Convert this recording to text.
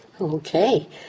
okay